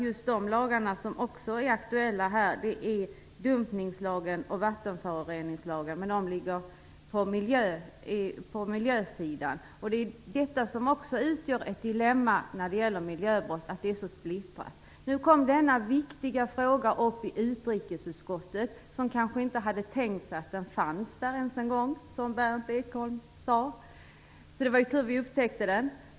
Just de lagar som också är aktuella här är dumpningslagen och vattenföroreningslagen. Dessa lagar hör emellertid hemma på miljösidan. Att det är så splittrat utgör ett dilemma när det gäller miljöbrott. Nu kom denna viktiga fråga upp i utrikesutskottet, som kanske inte ens hade tänkt på att den fanns där - som Berndt Ekholm sade. Det är alltså tur att vi upptäckte den.